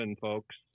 folks